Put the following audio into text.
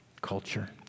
culture